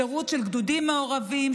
שירות של גדודים מעורבים,